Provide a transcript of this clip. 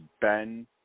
Ben